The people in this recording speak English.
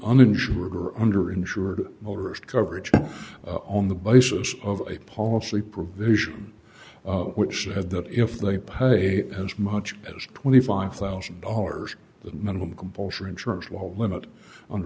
uninsured or under insured motorist coverage on the basis of a policy provision which said that if they pay as much as twenty five thousand dollars the minimum composure insurance will limit on